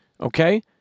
okay